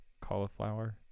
cauliflower